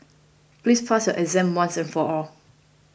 please pass your exam once and for all